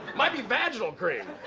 might be vaginal cream.